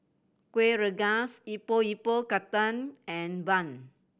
Kueh Rengas Epok Epok Kentang and bun